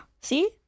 See